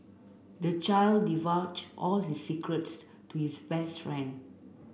the child divulged all his secrets to his best friend